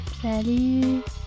Salut